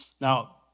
Now